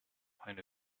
point